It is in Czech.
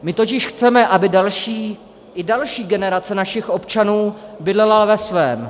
My totiž chceme, aby další, i další generace našich občanů bydlela ve svém.